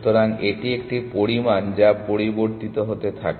সুতরাং এটি একটি পরিমাণ যা পরিবর্তিত হতে থাকে